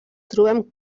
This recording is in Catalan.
trobem